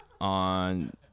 on